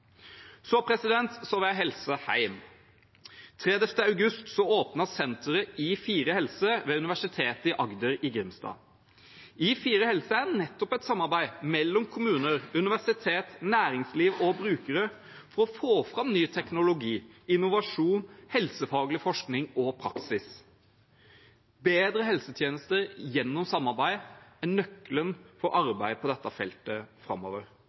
Så vil jeg hilse hjem. Den 30. august åpnet senteret I4Helse ved Universitetet i Agder i Grimstad. I4Helse er nettopp et samarbeid mellom kommuner, universitet, næringsliv og brukere for å få fram ny teknologi, innovasjon, helsefaglig forskning og praksis. Bedre helsetjenester gjennom samarbeid er nøkkelen til arbeid på dette feltet framover,